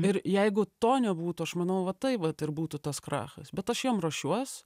ir jeigu to nebūtų aš manau va tai vat ir būtų tas krachas bet aš jam ruošiuos